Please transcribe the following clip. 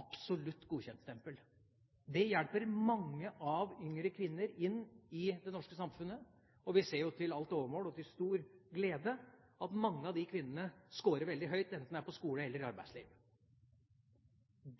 absolutt godkjentstempel. Det hjelper mange yngre kvinner inn i det norske samfunnet, og vi ser jo til alt overmål og til stor glede at mange av de kvinnene skårer veldig høyt, enten det er på skole eller i arbeidsliv.